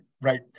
right